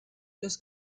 los